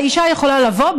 האישה יכולה לבוא,